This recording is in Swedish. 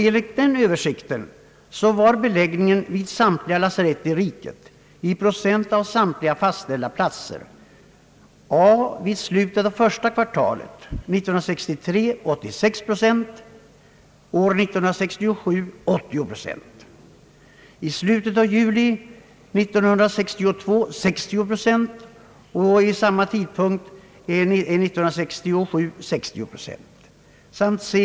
Enligt den översikten var beläggningen vid samtliga lasarett i riket, i procent av samtliga fastställda platser, vid slutet av första kvartalet 1963 86 procent och vid samma tidpunkt 1967 80 procent. I slutet av juli 1962 var beläggningen 60 procent och i juli 1967 likaså 60 procent.